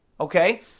Okay